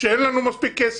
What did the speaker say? שאין לנו מספיק כסף.